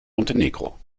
montenegro